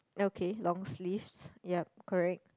okay long sleeves yup correct